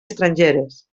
estrangeres